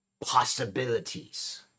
Possibilities